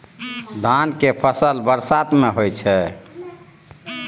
धान के फसल बरसात में होय छै?